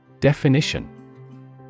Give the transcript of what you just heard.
Definition